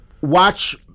watch